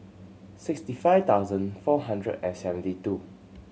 sixty five thousand four hundred and seventy two